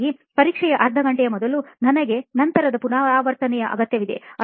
ಹಾಗಾಗಿ ಪರೀಕ್ಷೆಯ ಅರ್ಧ ಘಂಟೆಯ ಮೊದಲು ನನಗೆ ನಂತರ ಪುನರಾವರ್ತನೆಯ ಅಗತ್ಯವಿದೆ